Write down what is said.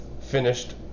finished